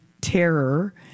terror